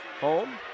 home